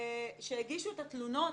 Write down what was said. שהגישו את התלונות